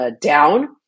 down